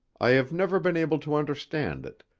i have never been able to understand it,